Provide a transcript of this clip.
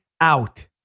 out